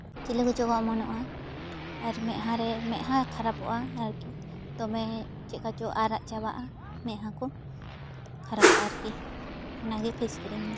ᱪᱤᱞᱤ ᱠᱚᱪᱚ ᱠᱚ ᱚᱢᱚᱱᱚᱜᱼᱟ ᱟᱨ ᱢᱮᱫᱦᱟ ᱨᱮ ᱢᱮᱫᱦᱟ ᱠᱷᱟᱨᱟᱯᱚᱜᱼᱟ ᱟᱨᱠᱤ ᱫᱚᱢᱮ ᱪᱮᱫᱠᱟ ᱪᱚ ᱟᱨᱟᱜ ᱪᱟᱵᱟᱜᱼᱟ ᱢᱮᱫᱦᱟ ᱠᱚ ᱠᱷᱟᱨᱟᱯᱚᱜᱼᱟ ᱟᱨᱠᱤ ᱚᱱᱟᱜᱮ ᱯᱷᱮᱥ ᱠᱨᱤᱢ ᱫᱚ